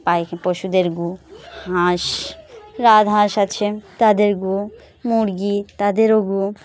পায়েখা পশুদের গু হাঁস রাজহাঁস আছে তাদের গু মুরগি তাদেরও গু